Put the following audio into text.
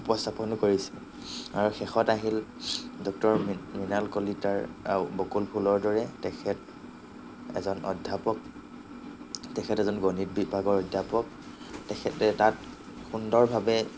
উপস্থাপনো কৰিছে আৰু শেষত আহিল ডক্তৰ মি মৃণাল কলিতাৰ বকুল ফুলৰ দৰে তেখেত এজন অধ্যাপক তেখেত এজন গণিত বিভাগৰ অধ্যাপক তেখেতে তাত সুন্দৰভাৱে